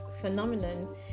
phenomenon